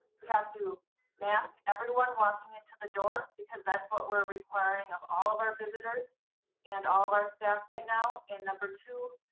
you have to mask everyone walking into the door, because that's what we're requiring of all of our visitors and all of our staff right now, and number two,